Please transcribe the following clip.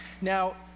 Now